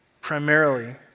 primarily